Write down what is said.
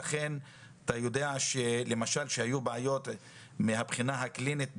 כשהיו בעיות מהבחינה הקלינית בפיזיותרפיה,